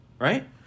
right